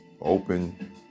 open